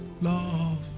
love